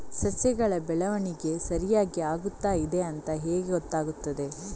ಸಸ್ಯಗಳ ಬೆಳವಣಿಗೆ ಸರಿಯಾಗಿ ಆಗುತ್ತಾ ಇದೆ ಅಂತ ಹೇಗೆ ಗೊತ್ತಾಗುತ್ತದೆ?